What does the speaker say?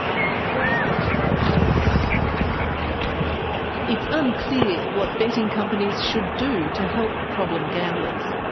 um it's unclear what betting companies should do to help problem gamblers.